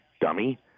dummy